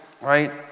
right